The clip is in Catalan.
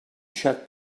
xat